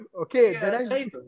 Okay